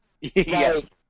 Yes